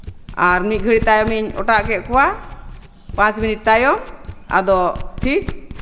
ᱟᱨ ᱢᱤᱫ ᱜᱷᱟᱹᱲᱤᱡ ᱛᱟᱭᱚᱢ ᱤᱧ ᱚᱴᱟᱜ ᱠᱮᱜ ᱠᱚᱣᱟ ᱯᱟᱸᱪ ᱢᱤᱱᱤᱴ ᱛᱟᱭᱚᱢ ᱟᱫᱚ ᱴᱷᱤᱠ